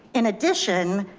in addition,